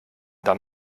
dann